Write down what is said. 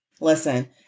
listen